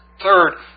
Third